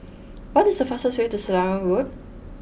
what is the fastest way to Selarang Road